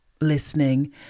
listening